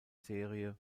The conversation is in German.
serie